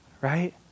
right